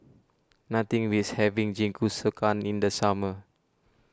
nothing beats having Jingisukan in the summer